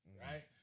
Right